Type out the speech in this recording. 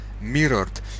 Mirrored